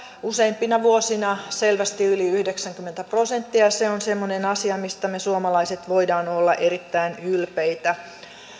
useimpina vuosina selvästi yli yhdeksänkymmentä prosenttia se on semmoinen asia mistä me suomalaiset voimme olla erittäin ylpeitä